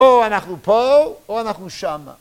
או אנחנו פה, או אנחנו שם.